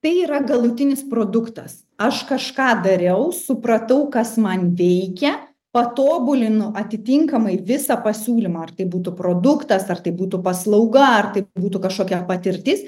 tai yra galutinis produktas aš kažką dariau supratau kas man veikia patobulinu atitinkamai visą pasiūlymą ar tai būtų produktas ar tai būtų paslauga ar tai būtų kažkokia patirtis